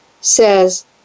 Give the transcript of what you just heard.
says